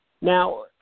Now